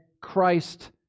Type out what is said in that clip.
Christ